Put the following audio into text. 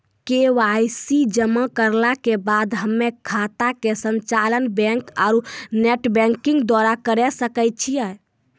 KYC जमा करला के बाद हम्मय खाता के संचालन बैक आरू नेटबैंकिंग द्वारा करे सकय छियै?